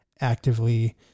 actively